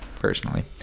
Personally